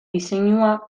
diseinua